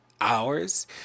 hours